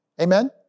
Amen